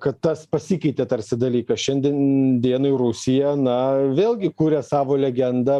kad tas pasikeitė tarsi dalykas šiandien dienai rusija na vėlgi kuria savo legendą